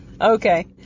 Okay